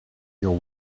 your